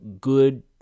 good